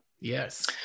yes